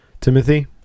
Timothy